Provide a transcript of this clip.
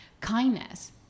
kindness